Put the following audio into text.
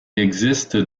existe